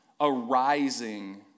arising